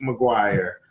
McGuire